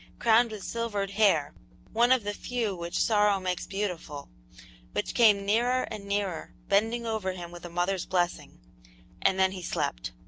crowned with silvered hair one of the few which sorrow makes beautiful which came nearer and nearer, bending over him with a mother's blessing and then he slept.